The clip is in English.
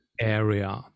area